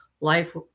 life